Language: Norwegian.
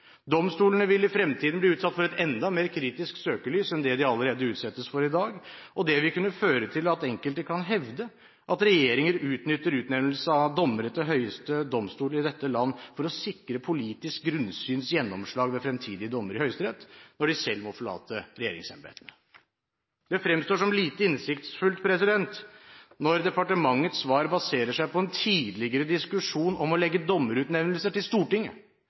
Domstolene vil i fremtiden bli utsatt for et enda mer kritisk søkelys enn det de allerede utsettes for i dag. Det vil kunne føre til at enkelte kan hevde at regjeringer utnytter utnevnelse av dommere til den høyeste domstol i dette land for å sikre politisk grunnsyns gjennomslag ved fremtidige dommere i Høyesterett når de selv må forlate regjeringsembetene. Det fremstår som lite innsiktsfullt når departementets svar baserer seg på en tidligere diskusjon om å legge dommerutnevnelser til Stortinget.